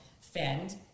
fend